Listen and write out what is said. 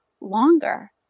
longer